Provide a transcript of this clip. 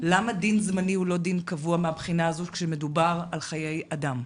למה דין זמני הוא לא דין קבוע מהבחינה הזו כשמדובר על חיי אדם?